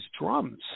drums